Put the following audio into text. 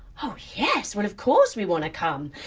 oh yes. well of course we want to come.